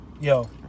Yo